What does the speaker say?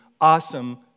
awesome